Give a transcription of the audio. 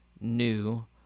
new